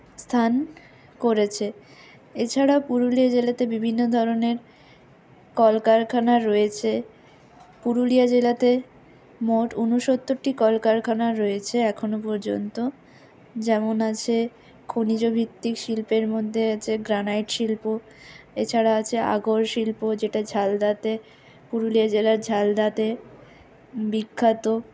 স্থান করেছে এছাড়া পুরুলিয়া জেলাতে বিভিন্ন ধরনের কলকারখানা রয়েছে পুরুলিয়া জেলাতে মোট উনসত্তরটি কলকারখানা রয়েছে এখনও পর্যন্ত যেমন আছে খনিজ ভিত্তিক শিল্পের মধ্যে আছে গ্রানাইট শিল্প এছাড়া আছে আগর শিল্প যেটা ঝালদাতে পুরুলিয়া জেলার ঝালদাতে বিখ্যাত